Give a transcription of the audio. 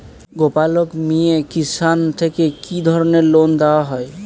গোপালক মিয়ে কিষান থেকে কি ধরনের লোন দেওয়া হয়?